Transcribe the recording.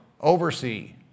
oversee